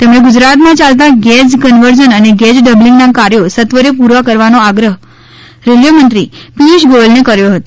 તેમણે ગુજરાતમાં ચાલતા ગેજ કન્વર્ઝન અને ગેજ ડબલિંગના કાર્યો સત્વરે પૂરા કરવાનો આગ્રહ રેલ્વે મંત્રી પિયુષ ગોયલને કર્યો હતો